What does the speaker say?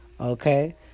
okay